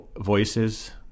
Voices